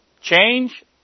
change